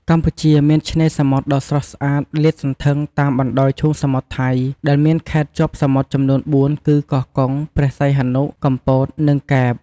កម្ពុជាមានឆ្នេរសមុទ្រដ៏ស្រស់ស្អាតលាតសន្ធឹងតាមបណ្ដោយឈូងសមុទ្រថៃ ដែលមានខេត្តជាប់សមុទ្រចំនួនបួនគឺ កោះកុង ព្រះសីហនុ កំពត និងកែប។